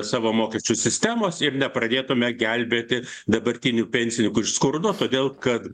savo mokesčių sistemos ir nepradėtume gelbėti dabartinių pensininkų iš skurdo todėl kad